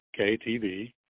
KTV